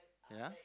ya